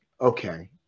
okay